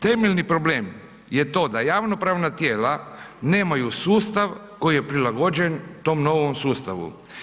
Temeljni problem je to da javnopravna tijela, nemaju sustav koji je prilagođen tom novom sustavu.